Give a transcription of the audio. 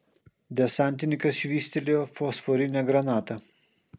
desantininkas švystelėjo fosforinę granatą